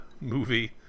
movie